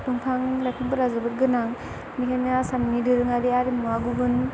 दंफां लाइफांफोरा जोबोद गोनां बेनिखायनो आसामनि दोरोङारि आरिमुआ गुबुन